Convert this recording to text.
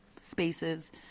spaces